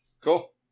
Cool